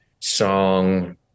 Song